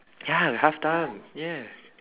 ya we're half done yeah